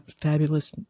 fabulous